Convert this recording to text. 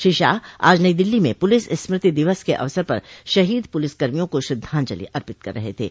श्री शाह आज नई दिल्ली में पुलिस स्मृति दिवस के अवसर पर शहीद पुलिसकर्मियों को श्रद्वांजलि अर्पित कर रहे थे